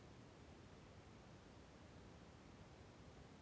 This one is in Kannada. ಕೇಟಗಳಲ್ಲಿ ಯಾವ ಯಾವ ತರಹದ ಕೇಟಗಳು ಇವೆ?